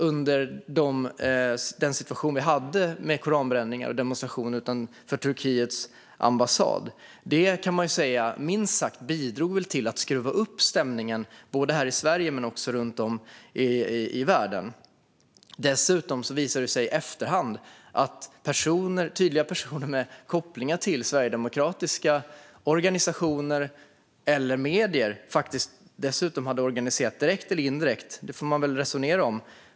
Det var under den situation vi hade med koranbränningar och demonstrationer utanför Turkiets ambassad. Det bidrog minst sagt till att skruva upp stämningen både här i Sverige och runt om i världen. Dessutom visade det sig i efterhand att personer med tydliga kopplingar till sverigedemokratiska organisationer eller medier hade organiserat direkt eller indirekt, det får man väl resonera om.